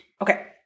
Okay